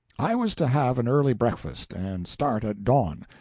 i was to have an early breakfast, and start at dawn,